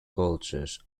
cultures